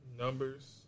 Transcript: Numbers